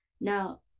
Now